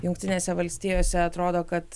jungtinėse valstijose atrodo kad